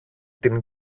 την